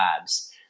Labs